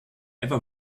ever